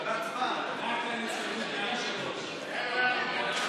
לוי וקבוצת סיעת הרשימה המשותפת 1 לא נתקבלה.